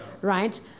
right